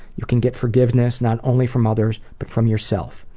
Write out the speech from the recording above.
you can get forgiveness, not only from others, but from yourself.